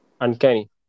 Uncanny